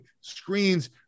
screens